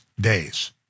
days